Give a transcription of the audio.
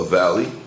valley